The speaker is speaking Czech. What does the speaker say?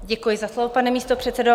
Děkuji za slovo, pane místopředsedo.